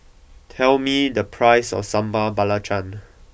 tell me the price of Sambal Belacan